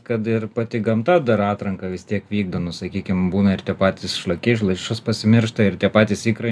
kad ir pati gamta dar atranką vis tiek vykdo nu sakykim būna ir tie patys šlakiai ir lašišos pasimiršta ir tie patys ikrai